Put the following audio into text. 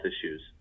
issues